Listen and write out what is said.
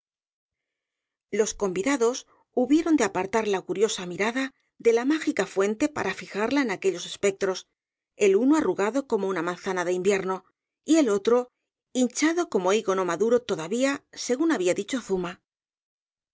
los convidados hubieron de apartar la curiosa mirada de la mágica fuente para fijarla en aquellos espectros el uno arrugado como manzana de invierno y el otro hinchado como higo no maduro todavía según había dicho zuma